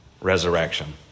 resurrection